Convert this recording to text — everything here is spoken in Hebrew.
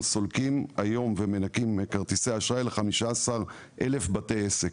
אנחנו סולקים ומנכים כרטיסי אשראי לכ-15,000 בתי עסק.